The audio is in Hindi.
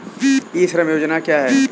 ई श्रम योजना क्या है?